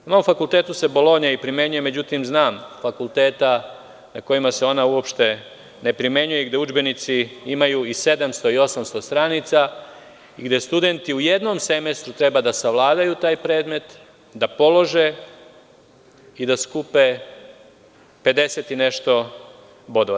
Na mom fakulteta Bolonja i primenjuje, ali znam fakultete gde se ona uopšte ne primenjuje i gde udžbenici imaju i 700 i 800 stranica i gde studenti u jednom semestru treba da savladaju taj predmet, da polože i da skupe pedeset i nešto bodova.